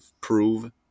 prove